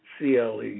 CLE